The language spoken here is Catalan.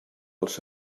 els